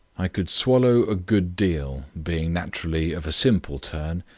i could swallow a good deal, being naturally of a simple turn,